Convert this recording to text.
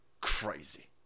Crazy